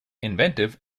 inventive